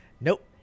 Nope